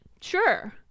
Sure